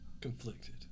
conflicted